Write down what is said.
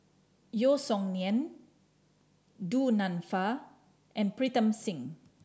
Yeo Song Nian Du Nanfa and Pritam Singh